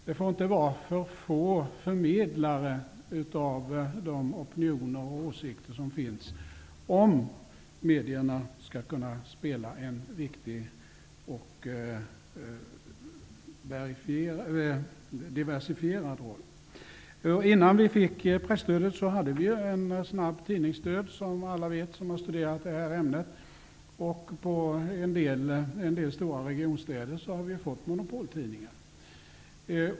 Det får inte vara för få förmedlare av de opinioner och åsikter som finns, om medierna skall kunna spela en viktig och diversifierad roll. Innan vi fick presstödet hade vi en snabb tidningsdöd, som alla vet som har studerat det här ämnet. I en del stora regionsstäder har vi fått monopoltidningar.